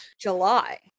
July